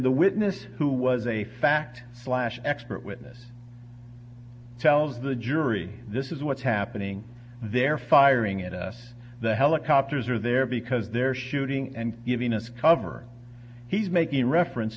the witness who was a fact flash expert witness tells the jury this is what's happening they're firing at us the helicopters are there because they're shooting and giving us cover he's making reference